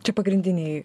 čia pagrindiniai